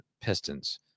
Pistons